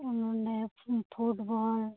ᱱᱚᱰᱮ ᱯᱷᱩᱴᱵᱚᱞ